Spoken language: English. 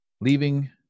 leaving